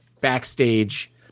backstage